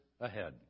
ahead